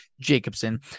Jacobson